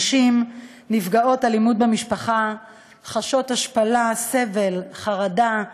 נשים נפגעות אלימות במשפחה חשות השפלה, סבל, חרדה,